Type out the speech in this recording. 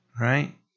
right